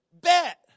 Bet